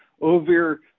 over